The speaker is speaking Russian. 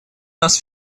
нас